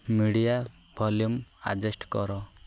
media volume adjust କର